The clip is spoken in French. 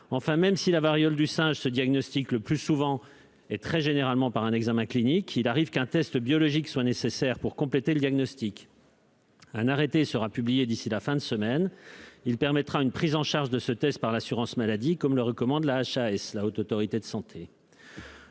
Enfin, même si la variole du singe se diagnostique le plus souvent et très généralement par un examen clinique, il arrive qu'un test biologique soit nécessaire pour compléter le diagnostic. Un arrêté sera publié d'ici à la fin de la semaine, qui permettra une prise en charge de ce test par l'assurance maladie, comme le recommande la HAS. J'ajoute que ma